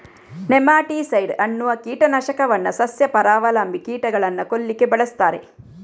nematicide ಅನ್ನುವ ಕೀಟ ನಾಶಕವನ್ನ ಸಸ್ಯ ಪರಾವಲಂಬಿ ಕೀಟಗಳನ್ನ ಕೊಲ್ಲಿಕ್ಕೆ ಬಳಸ್ತಾರೆ